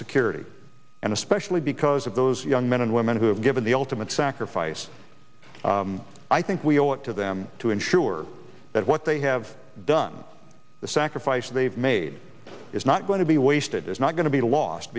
security and especially because of those young men and women who have given the ultimate sacrifice i think we owe it to them to ensure that what they have done the sacrifices they've made is not going to be wasted it's not going to be lost